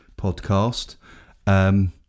podcast